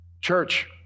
Church